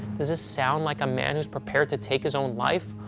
does this sound like a man who's prepared to take his own life?